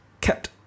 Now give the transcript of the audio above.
kept